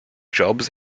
jobs